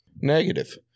Negative